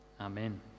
amen